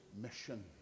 mission